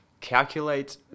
Calculate